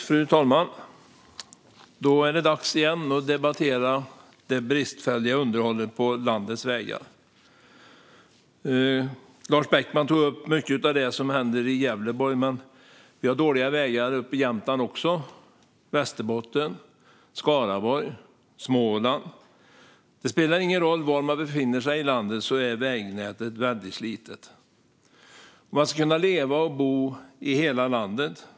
Fru talman! Då är det återigen dags att debattera det bristfälliga underhållet på landets vägar. Lars Beckman tog upp mycket av det som händer i Gävleborg, men vi har dåliga vägar även i Jämtland, Västerbotten, Skaraborg och Småland. Det spelar ingen roll var man befinner sig i landet - vägnätet är väldigt slitet. Man ska kunna leva och bo i hela landet.